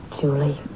Julie